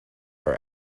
our